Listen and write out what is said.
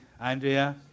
Andrea